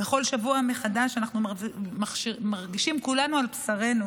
בכל שבוע מחדש אנחנו מרגישים כולנו על בשרנו